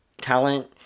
talent